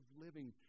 living